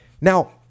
Now